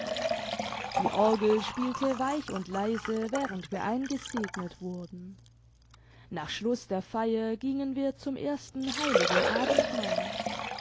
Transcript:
die orgel spielte weich und leise während wir eingesegnet wurden nach schluß der feier gingen wir zum ersten heiligen abendmahl